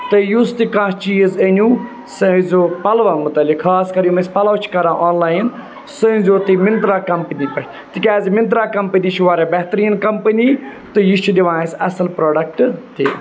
تہٕ یُس تہِ کانٛہہ چیٖز أنِو سُہ ٲسۍزیو پَلوَن مُتعلِق خاص کر یِم أسۍ پَلو چھِ کران آن لاین سُہ أنۍزیو تُہۍ مِنترٛا کَمپٔنی پٮ۪ٹھ تِکیٛازِ مِنترٛا کَمپٔنی چھِ واریاہ بہتریٖن کَمپٔنی تہٕ یہِ چھِ دِوان اَسہِ اَصٕل پرٛوڈَکٹ تہِ